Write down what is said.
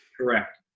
correct